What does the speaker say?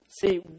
See